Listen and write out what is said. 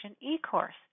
e-course